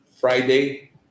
Friday